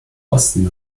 osten